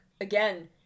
again